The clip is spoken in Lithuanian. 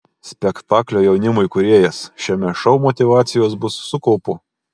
spektaklio jaunimui kūrėjas šiame šou motyvacijos bus su kaupu